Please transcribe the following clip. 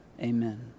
Amen